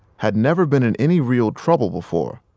had never been in any real trouble before.